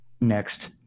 next